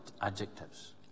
adjectives